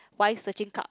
wife searching club